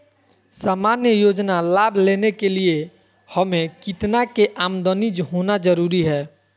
सामान्य योजना लाभ लेने के लिए हमें कितना के आमदनी होना जरूरी है?